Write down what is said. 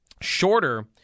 Shorter